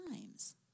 times